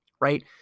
Right